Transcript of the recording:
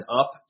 up